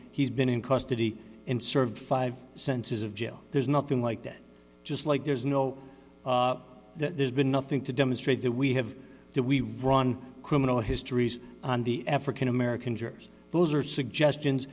he's been in custody and served five senses of jail there's nothing like that just like there's no there's been nothing to demonstrate that we have that we run criminal histories on the african american jurors those are suggestions